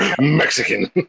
Mexican